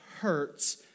hurts